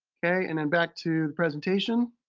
okay. and then back to the presentation.